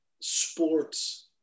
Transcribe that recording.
sports